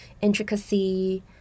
intricacy